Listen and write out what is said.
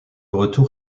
retour